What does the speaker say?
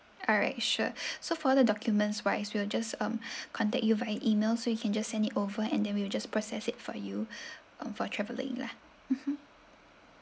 alright sure so for the documents wise we'll just um contact you via email so you can just send it over and then we'll just process it for you uh for travelling lah mmhmm